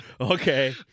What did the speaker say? okay